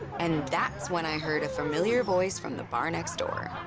and that's when i heard a familiar voice from the bar next door.